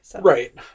Right